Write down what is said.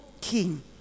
king